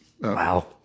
Wow